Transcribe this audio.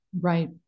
Right